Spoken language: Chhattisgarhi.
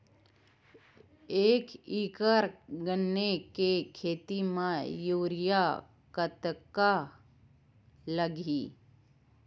एक एकड़ गन्ने के खेती म यूरिया कतका लगही?